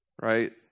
right